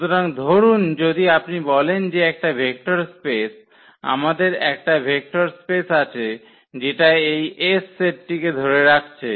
সুতরাং ধরুন যদি আপনি বলেন যে একটা ভেক্টর স্পেস আমাদের একটা ভেক্টর স্পেস আছে যেটা এই S সেটটিকে ধরে রাখছে